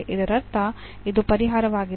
ಇದರರ್ಥ ಇದು ಪರಿಹಾರವಾಗಿದೆ